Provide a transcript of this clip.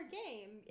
game